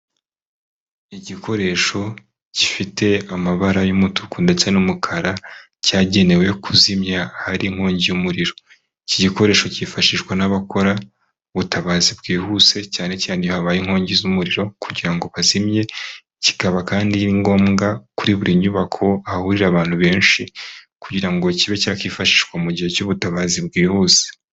Igikoresho gifite amabara y'umutuku ndetse n'umukara, cyagenewe kuzimya hari inkongi y'umuriro, iki gikoresho cyifashishwa n'abakora ubutabazi bwihuse cyane cyane habaye inkongi z'umuriro kugira ngo bazimye, kikaba kandi ari ngombwa kuri buri nyubako ahahurira abantu benshi kugira ngo kibe cyakwifashishwa mu gihe cy'ubutabazi bwihuse.